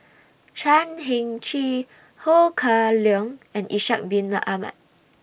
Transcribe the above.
Chan Heng Chee Ho Kah Leong and Ishak Bin Ahmad